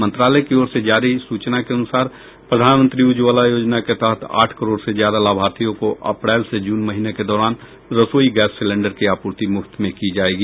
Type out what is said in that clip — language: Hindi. मंत्रालय की ओर से जारी सूचना के अनुसार प्रधानमंत्री उज्जवला योजना के तहत आठ करोड से ज्यादा लाभार्थियों को अप्रैल से जून महीने के दौरान रसोई गैस सिलेन्डर की आपूर्ति मुफ्त में की जायेगी